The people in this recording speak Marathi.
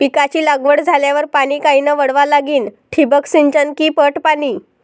पिकाची लागवड झाल्यावर पाणी कायनं वळवा लागीन? ठिबक सिंचन की पट पाणी?